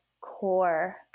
core